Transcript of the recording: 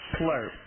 slurp